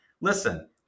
Listen